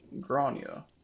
Grania